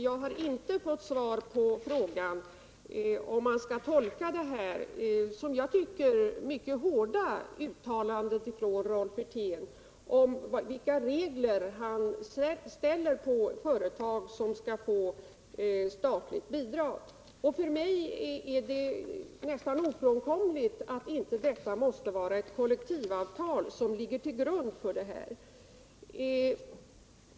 Jag har inte fått svar på frågan hur man skall tolka det, som jag tycker, mycket hårda uttalandet från Rolf Wirtén om vilka regler han ställer upp för företag som skall få statligt bidrag. För mig är det nästan ofrånkomligt att det skall ligga ett kollektivavtal till grund för detta.